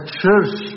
church